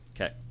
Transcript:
okay